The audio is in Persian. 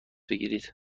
بگیرید